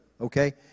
okay